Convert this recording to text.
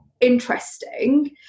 interesting